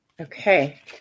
Okay